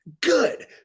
Good